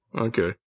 Okay